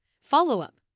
Follow-up